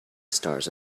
stars